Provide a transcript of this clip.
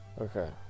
Okay